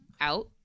Out